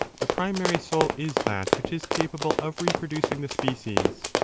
the primary soul is that which is capable of reproducing the species.